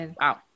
Wow